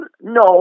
No